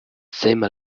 same